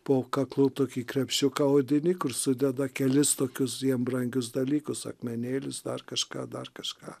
po kaklu tokį krepšiuką odinį kur sudeda kelis tokius jiem brangius dalykus akmenėlis dar kažką dar kažką